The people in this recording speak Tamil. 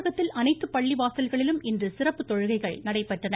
தமிழகத்தில் அனைத்து பள்ளிவாசல்களிலும் இன்று சிறப்பு தொழுகைகள் நடைபெற்றன